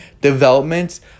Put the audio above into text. developments